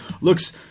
Looks